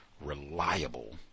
reliable